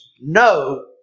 no